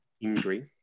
injury